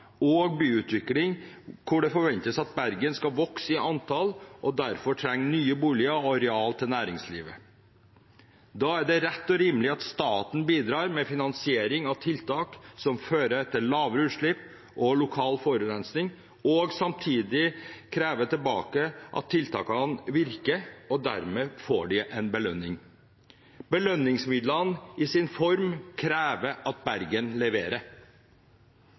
antall og derfor trenger nye boliger og areal til næringslivet. Da er det rett og rimelig at staten bidrar med finansiering av tiltak som fører til lavere utslipp og lokal forurensing, og samtidig krever tilbake at tiltakene virker, og at de dermed får en belønning. Belønningsmidlene i sin form krever at Bergen leverer.